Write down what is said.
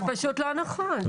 זה פשוט לא נכון.